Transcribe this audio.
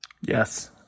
Yes